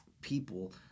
people